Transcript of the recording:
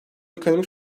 ekonomik